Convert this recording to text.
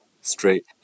Straight